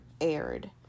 aired